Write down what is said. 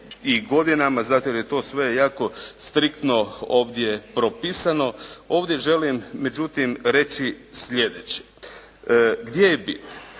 i godinama, zato jer je to jako striktno ovdje propisano, ovdje želim međutim reći sljedeće. Gdje je bit?